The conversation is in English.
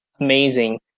amazing